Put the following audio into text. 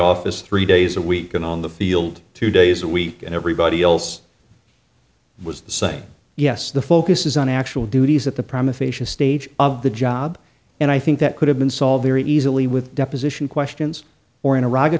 office three days a week and on the field two days a week and everybody else was the same yes the focus is on actual duties at the prime official stage of the job and i think that could have been solved easily with deposition questions or in a rugged